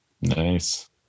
Nice